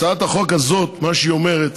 הצעת החוק הזאת אומרת